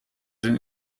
den